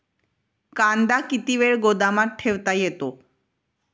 कांदा किती वेळ गोदामात ठेवता येतो?